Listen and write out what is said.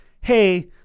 Hey